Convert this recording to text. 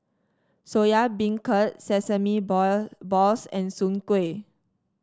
Soya Beancurd sesame ball balls and Soon Kuih